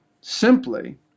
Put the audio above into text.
Simply